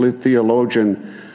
theologian